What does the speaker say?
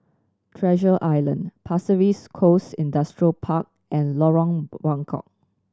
Treasure Island Pasir Ris Coast Industrial Park and Lorong Buangkok